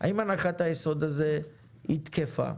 האם הנחת היסוד הזאת היא תקפה?